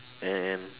and